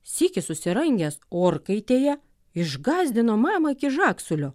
sykį susirangęs orkaitėje išgąsdino mamą iki žagsulio